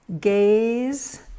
Gaze